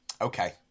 Okay